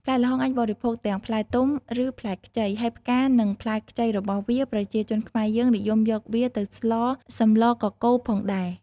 ផ្លែល្ហុងអាចបរិភោគទាំងផ្លែទុំ ឬផ្លែខ្ចី ហើយផ្កានិងផ្លែខ្ចីរបស់វា ប្រជាជនខ្មែរយើងនិយមយកវាទៅស្លសម្លកកូរផងដែរ។